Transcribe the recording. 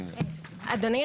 אדוני,